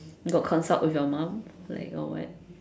got consult with your mum like or what